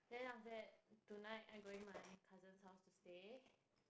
then after that tonight I going my cousin's house to stay